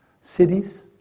cities